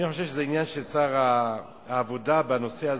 אני חושב שזה עניין של שר העבודה, בנושא הזה,